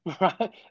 right